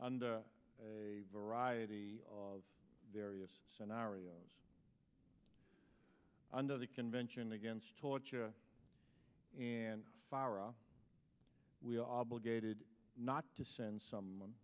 under a variety of various scenarios under the convention against torture and for are we obligated not to send someone